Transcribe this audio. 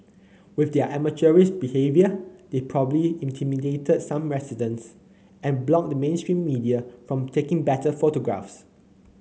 with their amateurish behaviour they probably intimidated some residents and blocked the mainstream media from taking better photographs